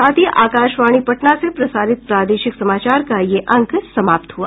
इसके साथ ही आकाशवाणी पटना से प्रसारित प्रादेशिक समाचार का ये अंक समाप्त हुआ